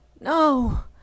no